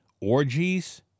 orgies